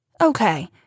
Okay